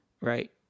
Right